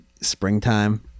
springtime